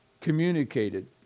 communicated